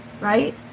right